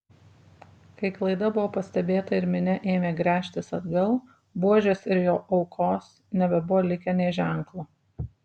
kai klaida buvo pastebėta ir minia ėmė gręžtis atgal buožės ir jo aukos nebebuvo likę nė ženklo